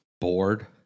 bored